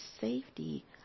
safety